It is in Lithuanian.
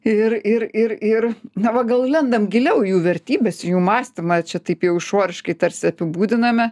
ir ir ir ir na va gal lendam giliau į jų vertybės į jų mąstymą čia taip jau išoriškai tarsi apibūdiname